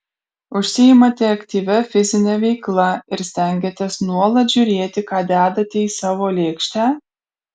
užsiimate aktyvia fizine veikla ir stengiatės nuolat žiūrėti ką dedate į savo lėkštę